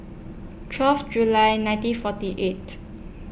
twelve July nineteen forty eight